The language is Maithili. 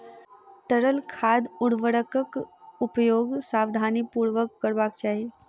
तरल खाद उर्वरकक उपयोग सावधानीपूर्वक करबाक चाही